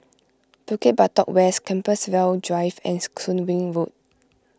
Bukit Batok West Compassvale Drive and Soon Wing Road